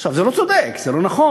עכשיו, זה לא צודק, זה לא נכון.